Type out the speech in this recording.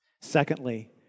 Secondly